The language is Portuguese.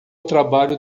trabalho